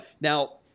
now